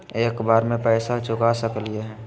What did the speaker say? एक बार में पैसा चुका सकालिए है?